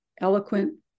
eloquent